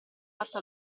fatto